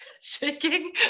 shaking